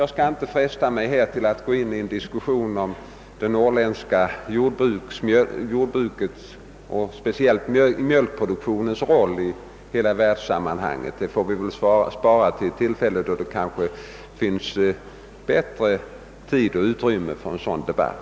Jag skall inte fresta kammarens tålamod med att gå in i en diskussion om det norrländska jordbrukets och spe 2iellt mjölkproduktionens roll i hela världssammanhanget. Det får vi väl spara till ett tillfälle då det finns bättre 1trymme för en sådan debatt.